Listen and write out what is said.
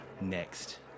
next